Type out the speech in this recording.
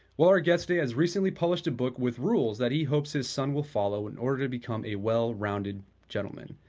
well, our guest today has recently published a book with rules that he hopes his son will follow in order to become a well-rounded gentleman.